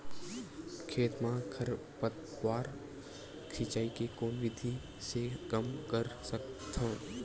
खेत म खरपतवार सिंचाई के कोन विधि से कम कर सकथन?